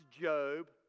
Job